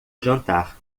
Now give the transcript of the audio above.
jantar